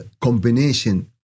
combination